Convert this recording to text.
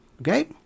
Okay